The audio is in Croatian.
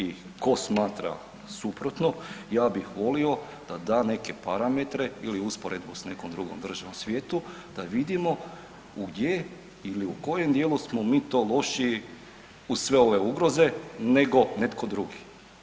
I tko smatra suprotno ja bih volio da da neke parametre ili usporedbu s nekom drugom državom u svijetu, da vidimo gdje ili u kojem dijelu smo mi to lošiji uz sve ove ugroze nego netko drugi.